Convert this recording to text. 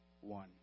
one